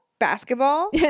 basketball